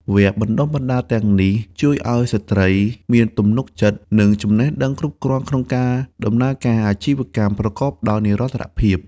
វគ្គបណ្តុះបណ្តាលទាំងនេះជួយឱ្យស្ត្រីមានទំនុកចិត្ត និងចំណេះដឹងគ្រប់គ្រាន់ក្នុងការដំណើរការអាជីវកម្មប្រកបដោយនិរន្តរភាព។